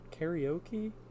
karaoke